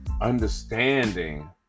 understanding